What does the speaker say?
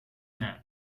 not